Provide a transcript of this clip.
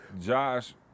Josh